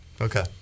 Okay